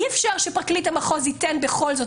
אי אפשר שפרקליט המחוז ייתן בכל זאת,